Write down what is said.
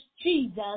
Jesus